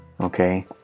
okay